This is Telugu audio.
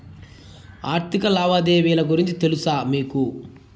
ఆర్థిక లావాదేవీల గురించి తెలుసా మీకు